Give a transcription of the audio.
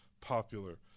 popular